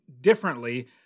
differently